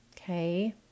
Okay